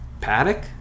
Paddock